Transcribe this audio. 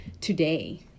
today